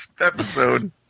episode